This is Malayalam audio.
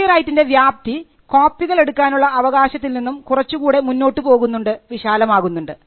കോപ്പിറൈറ്റിൻറെ വ്യാപ്തി കോപ്പികൾ എടുക്കാനുള്ള ആവകാശത്തിൽ നിന്നും കുറച്ചുകൂടെ മുന്നോട്ടുപോകുന്നുണ്ട് വിശാലമാകുന്നുണ്ട്